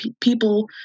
people